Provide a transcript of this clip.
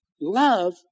love